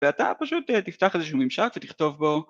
ואתה פשוט תפתח איזשהו ממשק ותכתוב בו